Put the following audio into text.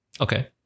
Okay